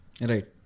Right